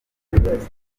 ibibazo